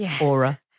aura